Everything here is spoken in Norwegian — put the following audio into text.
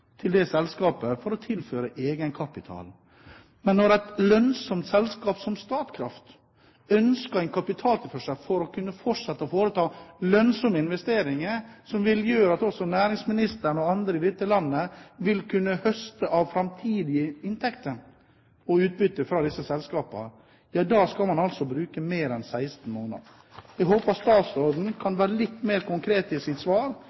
til det selskapet, for å tilføre egenkapital. Men når et lønnsomt selskap som Statkraft ønsker å be om en kapitaltilførsel for å kunne fortsette å foreta lønnsomme investeringer – som vil gjøre at også næringsministeren og andre i dette landet vil kunne høste av framtidige inntekter fra utbytte fra disse selskapene – ja, da skal man altså bruke mer enn 16 måneder på å svare. Jeg håper statsråden